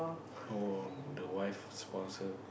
no the wife sponsor